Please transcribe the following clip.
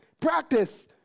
Practice